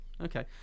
Okay